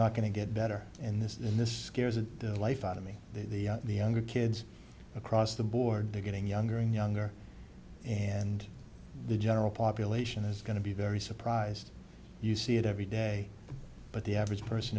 not going to get better and this and this scares the life out of me the younger kids across the board they're getting younger and younger and the general population is going to be very surprised you see it every day but the average person